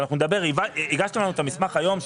ואנחנו נדבר הגשתם לנו את המסמך היום,